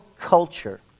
culture